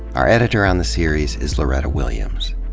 our editor on the series is loretta williams.